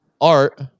art